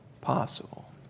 possible